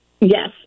Yes